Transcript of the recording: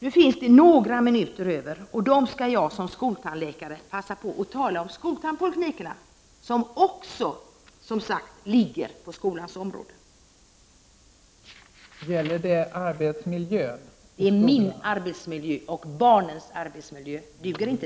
Jag har nu några minuter kvar av mitt anförande, och de skall jag som skoltandläkare passa på att använda för att tala om skoltandpoliklinikerna som också, som sagt, ligger på skolans område.